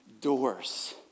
doors